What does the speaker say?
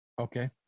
Okay